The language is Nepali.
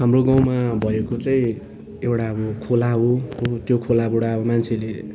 हाम्रो गाउँमा भएको चाहिँ एउटा अब खोला हो त्यो खोलाबाट अब मान्छेले